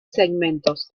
segmentos